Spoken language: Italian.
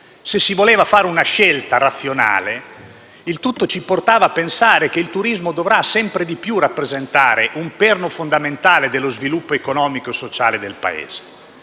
Volendo fare una scelta razionale, tutto ci porta a pensare che il turismo dovrà sempre di più rappresentare un perno fondamentale dello sviluppo economico e sociale del Paese.